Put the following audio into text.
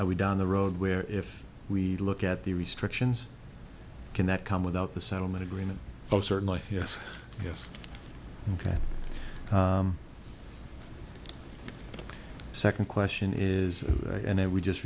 would down the road where if we look at the restrictions can that come without the settlement agreement oh certainly yes yes ok second question is and we just